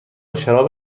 شراب